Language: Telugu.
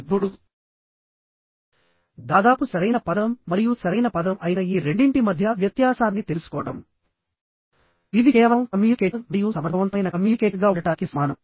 ఇప్పుడు దాదాపు సరైన పదం మరియు సరైన పదం అయిన ఈ రెండింటి మధ్య వ్యత్యాసాన్ని తెలుసుకోవడం ఇది కేవలం కమ్యూనికేటర్ మరియు సమర్థవంతమైన కమ్యూనికేటర్గా ఉండటానికి సమానం